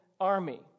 army